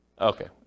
Okay